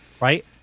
Right